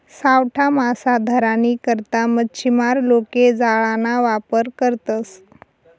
सावठा मासा धरानी करता मच्छीमार लोके जाळाना वापर करतसं